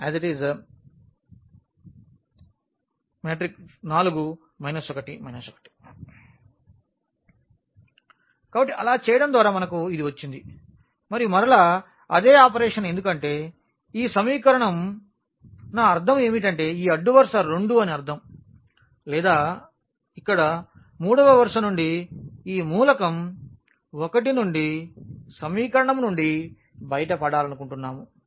4 1 1 కాబట్టి అలా చేయడం ద్వారా మనకు ఇది వచ్చింది మరియు మరలా అదే ఆపరేషన్ ఎందుకంటే ఈ సమీకరణం నా అర్థం ఏమిటంటే ఈ అడ్డు వరుస 2 అని అర్ధం లేదా ఇక్కడ 3 వ వరుస నుండి ఈ మూలకం 1 నుండి సమీకరణం నుండి బయటపడాలనుకుంటున్నాము